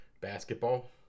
basketball